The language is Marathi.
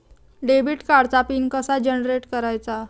डेबिट कार्डचा पिन कसा जनरेट करायचा?